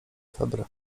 febry